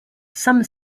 some